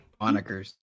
Monikers